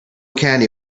candy